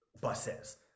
buses